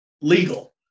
legal